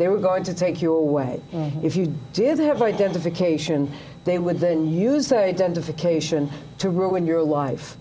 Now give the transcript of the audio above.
they were going to take you away if you did have identification they would then use that identification to ruin your life